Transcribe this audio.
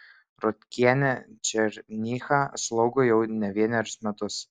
rotkienė černychą slaugo jau ne vienerius metus